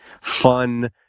fun